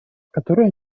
которые